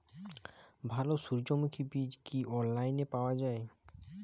ভালো সূর্যমুখির বীজ কি অনলাইনে পাওয়া যায়?